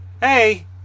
hey